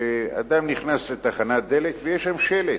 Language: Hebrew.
שאדם נכנס לתחנת דלק ויש שם שלט,